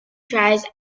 tries